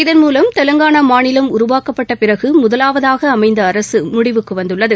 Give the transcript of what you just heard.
இதன் மூலம் தெலங்கானா மாநிலம் உருவாக்கப்பட்ட பிறகு முதலாவதாக அமைந்த அரசு முடிவுக்கு வந்துள்ளது